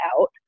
out